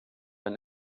but